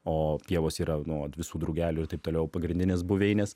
o pievos yra nu vat visų drugelių ir taip toliau pagrindinės buveinės